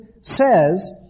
says